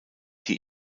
die